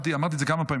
אמרתי את זה כמה פעמים.